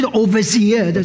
overseer